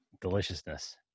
deliciousness